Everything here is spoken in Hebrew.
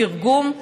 בתרגום,